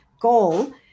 goal